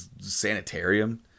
Sanitarium